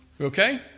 Okay